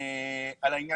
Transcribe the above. בעיניי